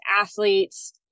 athletes